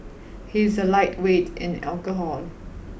he is a lightweight in the alcohol